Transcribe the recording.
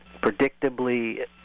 predictably